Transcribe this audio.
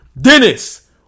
Dennis